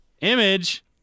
Image